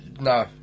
no